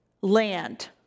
land